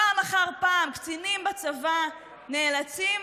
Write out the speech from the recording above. פעם אחר פעם קצינים בצבא נאלצים,